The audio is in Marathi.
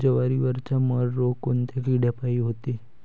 जवारीवरचा मर रोग कोनच्या किड्यापायी होते?